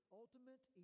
ultimate